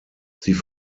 sie